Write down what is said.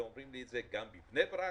ואומרים לי את זה גם בבני ברק